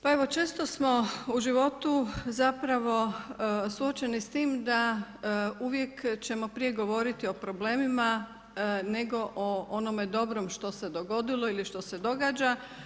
Pa evo često smo u životu zapravo suočeni sa time da uvijek ćemo prije govoriti o problemima nego o onome dobrom što se dogodilo ili što se događa.